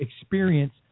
experience